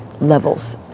levels